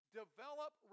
develop